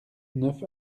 neuf